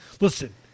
listen